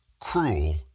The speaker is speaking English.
Cruel